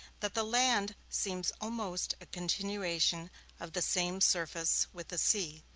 that the land seems almost a continuation of the same surface with the sea,